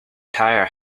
tyre